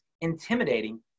intimidating